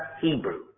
Hebrew